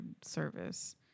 service